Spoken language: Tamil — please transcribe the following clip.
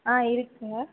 ஆ இருக்குதுங்க